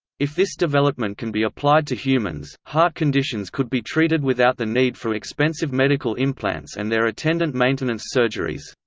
if this development can be applied to humans, heart conditions could be treated without the need for expensive medical implants and their attendant maintenance surgeries.